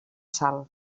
sal